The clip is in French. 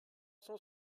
cent